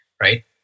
Right